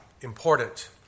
important